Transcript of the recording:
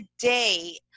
today